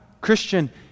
Christian